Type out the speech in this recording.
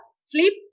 sleep